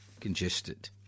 congested